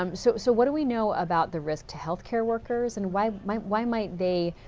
um so so what do we know about the risk to healthcare workers, and why might why might they